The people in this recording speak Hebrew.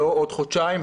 לא עוד חודשיים,